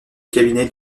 cabinet